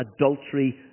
adultery